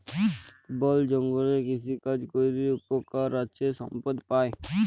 বল জঙ্গলে কৃষিকাজ ক্যরে উপকার আছে সম্পদ পাই